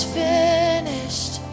finished